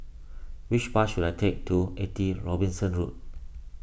which bus should I take to eighty Robinson Road